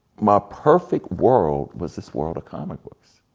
my perfect world was this world of comic books.